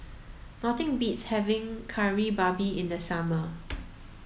nothing beats having Kari Babi in the summer